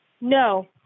No